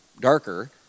darker